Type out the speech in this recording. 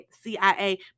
CIA